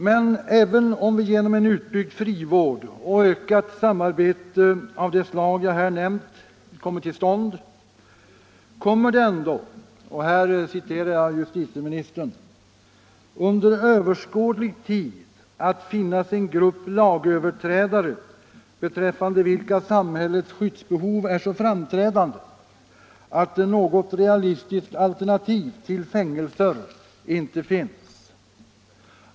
Men även om utbyggd frivård och ökat samarbete av det slag jag här nämnt kommer till stånd, kommer det ändå — och här citerar jag justitieministern — under överskådlig tid att finnas en grupp lagöverträdare beträffande vilka samhällets skyddsbehov är så framträdande att något realistiskt alternativ till fängelse inte finns.